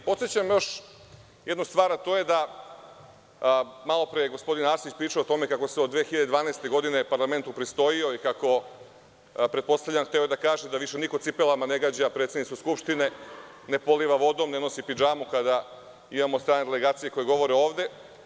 Podsećam još jednu stvar, malopre je gospodin Arsić pričao o tome, kako se od 2012. godine parlament upristojio i pretpostavljam da je hteo da kaže da više niko cipelama ne gađa predsednicu Skupštine, ne poliva vodom, ne nosi pidžamu kada imamo strane delegacije koje govore ovde.